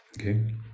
okay